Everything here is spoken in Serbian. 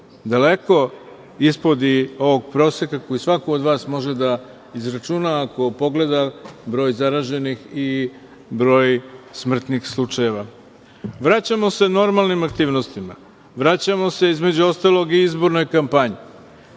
daleko ispod ovog proseka koji svako od vas može da izračuna ako pogleda broj zaraženih i broj smrtnih slučajeva. Vraćamo se normalnim aktivnostima, vraćamo se, između ostalog, i izbornoj kampanji.